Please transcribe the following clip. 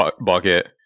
bucket